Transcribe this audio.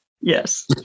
yes